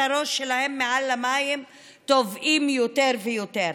הראש שלהם מעל למים טובעים יותר ויותר,